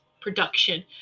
production